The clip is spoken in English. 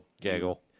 Gaggle